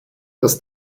das